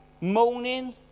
moaning